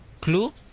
Clue